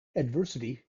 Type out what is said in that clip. adversity